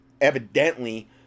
evidently